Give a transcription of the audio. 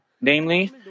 Namely